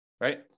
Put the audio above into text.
right